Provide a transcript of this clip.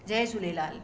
Jay Jhulelal